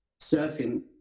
surfing